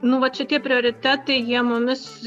nu vat šitie prioritetai jie mumis